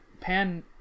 Pan